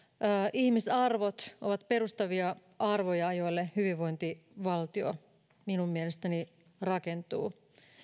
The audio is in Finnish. ihmisarvot ovat perustavia arvoja joille hyvinvointivaltio minun mielestäni rakentuu